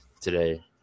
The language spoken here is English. today